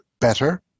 better